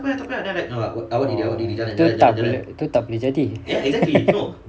oh tu tak boleh jadi